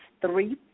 Three